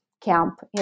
camp